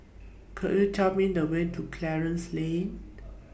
Could YOU Tell Me The Way to Clarence Lane